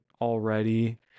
already